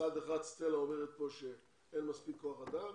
מצד אחד סטלה אומרת כאן שאין מספיק כוח אדם